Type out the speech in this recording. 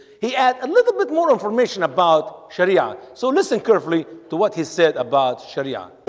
he add a little bit more information about sharia so listen carefully to what he said about sharia